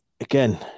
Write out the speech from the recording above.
Again